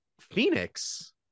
Phoenix